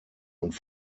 und